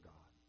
God